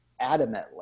adamantly